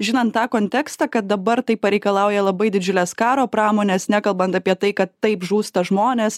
žinant tą kontekstą kad dabar tai pareikalauja labai didžiulės karo pramonės nekalbant apie tai kad taip žūsta žmonės